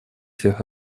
всех